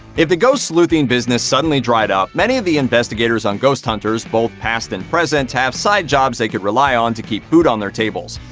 if the ghost sleuthing business suddenly dried up, many of the investigators on ghost hunters, both past and present, have side jobs they could rely on to keep food on their tables.